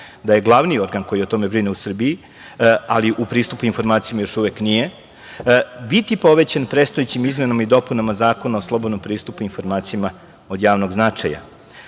da je glavni organ koji o tome brine u Srbiji, ali u pristupu informacijama još uvek nije, biti povećan predstojećim izmenama i dopunama Zakona o slobodnom pristupu informacijama od javnog